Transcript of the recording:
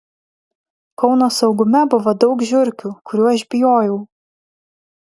kauno saugume buvo daug žiurkių kurių aš bijojau